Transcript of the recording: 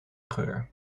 geur